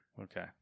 Okay